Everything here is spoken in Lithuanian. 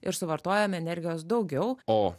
ir suvartojame energijos daugiau